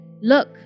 Look